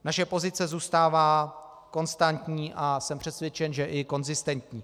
Naše pozice zůstává konstantní a jsem přesvědčen, že i konzistentní.